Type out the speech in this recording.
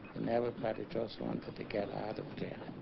and everybody just wanted to get out of there